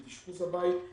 את אשפוז הבית.